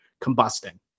combusting